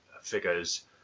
figures